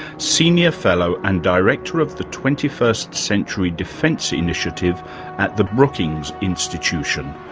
senior fellow and director of the twenty first century defence initiative at the brookings institution,